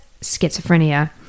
schizophrenia